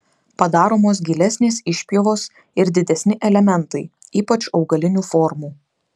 padaromos gilesnės išpjovos ir didesni elementai ypač augalinių formų